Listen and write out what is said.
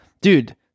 Dude